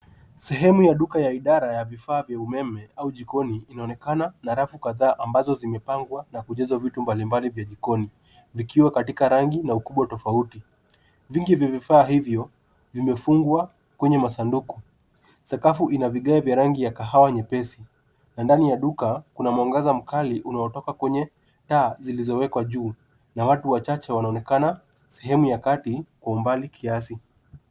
Sehemu ya duka ya idara ya vifaa vya umeme, au jikoni, inaonekana na rafu kadhaa ambazo zimepangwa na kujazwa vitu mbalimbali vya jikoni, vikiwa katika rangi na ukubwa tofauti. Vingi vya vifaa hivyo, vimefungwa kwenye masanduku. Sakafu ina vigae vya rangi ya kahawa nyepesi, na ndani ya duka, kuna mwangaza mkali unaotoka kwenye taa zilizowekwa juu na watu wachache wanaonekana sehemu ya kati, kwa umbali kiasi.